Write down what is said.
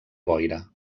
boira